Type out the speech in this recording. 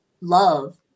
love